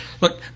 Look